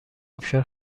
ابشار